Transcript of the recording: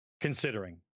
Considering